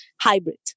hybrid